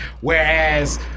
Whereas